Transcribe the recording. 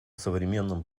современном